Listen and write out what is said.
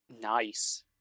Nice